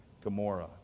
Gomorrah